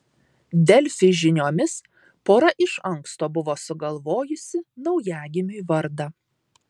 delfi žiniomis pora iš anksto buvo sugalvojusi naujagimiui vardą